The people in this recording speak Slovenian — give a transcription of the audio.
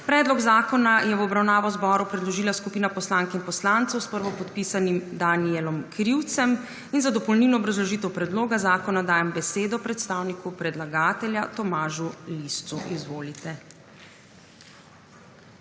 Predlog zakona je v obravnavo zboru predložila skupina poslank in poslancev s prvopodpisanim Danijelom Krivcem in za dopolnilno obrazložitev predloga zakona dajem besedo predstavniku predlagatelja, Tomažu Liscu. Izvolite.